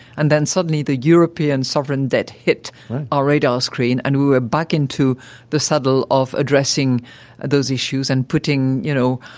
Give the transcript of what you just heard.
and then suddenly the european sovereign debt hit our radar screen, and we were back into the saddle of addressing those issues and putting, you know,